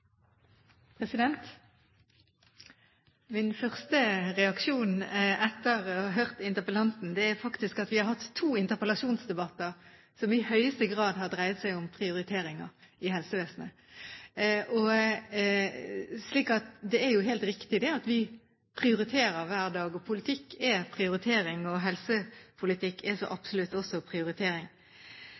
er at vi faktisk har hatt to interpellasjonsdebatter som i høyeste grad har dreid seg om prioriteringer i helsevesenet, så det er helt riktig at vi prioriterer hver dag. Politikk er prioritering – og helsepolitikk er så absolutt også prioritering.